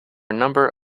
number